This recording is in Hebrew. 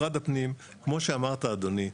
כמו שאמרת אדוני,